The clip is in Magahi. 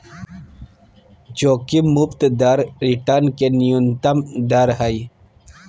जोखिम मुक्त दर रिटर्न के न्यूनतम दर हइ